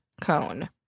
cone